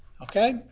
Okay